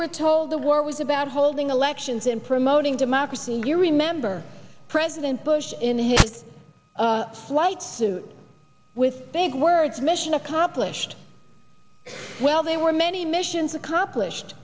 were told the war was about holding elections and promoting democracy and you remember president bush in his flight suit with big words mission accomplished well they were many missions accomplished